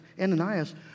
Ananias